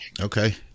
okay